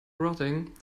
rotting